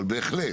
אבל בהחלט